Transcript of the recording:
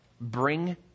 Bring